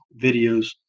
videos